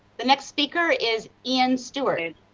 the next speaker is ian stewart.